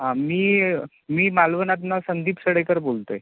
हां मी मी मालवनातनं संदीप सडेकर बोलतंय